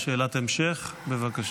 יש שאלת המשך, בבקשה.